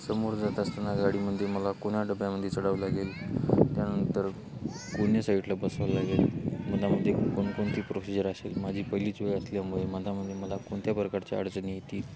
समोर जात असताना गाडीमध्ये मला कोणा डब्ब्यामध्ये चढावं लागेल त्यानंतर कोण्या साईडला बसावं लागेल मध्येमध्ये कोणकोणती प्रोसिजर असेल माझी पहिलीच वेळ असल्यामुळे मध्येमध्ये मला कोणत्या प्रकारच्या अडचणी येतील